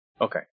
Okay